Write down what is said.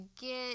get